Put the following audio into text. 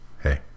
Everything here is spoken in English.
Hey